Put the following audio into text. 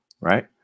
right